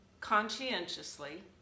conscientiously